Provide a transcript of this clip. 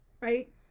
Right